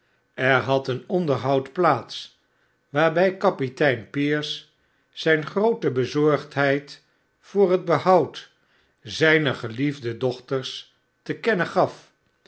er had een onderhoud plaats waarbij kapitein pierce zgn groote bezorgdheid voor het behoud zgner geliefde dochters te kennen gaf